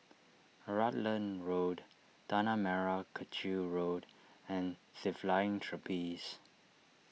Rutland Road Tanah Merah Kechil Road and the Flying Trapeze